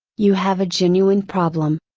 you have a genuine problem.